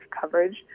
coverage